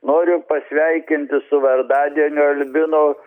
noriu pasveikinti su vardadieniu albino